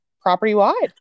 property-wide